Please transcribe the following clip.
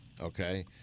Okay